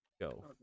Go